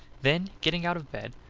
then, getting out of bed,